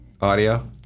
Audio